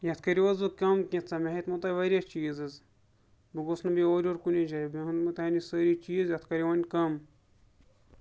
یَتھ کٔرِو حظ وۄنۍ کَم کینٛہہ سا مےٚ ہیٚتۍمو تۄہہِ واریاہ چیٖز حظ بہٕ گوس نہٕ بیٚیہِ اورٕ یورٕ کُنی جایہِ بیٚیہِ اوٚنمو تۄہہِ نِش سٲری چیٖز یَتھ کٔرِو وۄنۍ کَم